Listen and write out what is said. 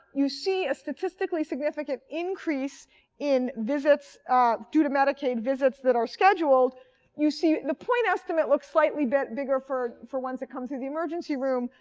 you see a statistically significant increase in visits due to medicaid visits that are scheduled you see the point estimate looks slightly bigger for for ones that come through the emergency room,